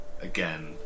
again